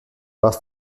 was